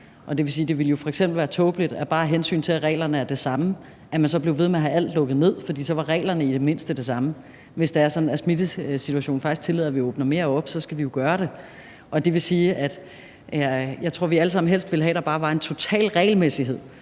ville være tåbeligt, at man bare af hensyn til, at reglerne er de samme, så blev ved med at have alt lukket ned, fordi reglerne så i det mindste var de samme. Hvis det er sådan, at smittesituationen faktisk tillader, at vi åbner mere op, skal vi jo gøre det. Jeg tror, at vi alle sammen helst ville have, at der bare var en total regelmæssighed,